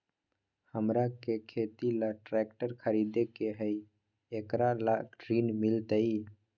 हमरा के खेती ला ट्रैक्टर खरीदे के हई, एकरा ला ऋण मिलतई?